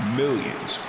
millions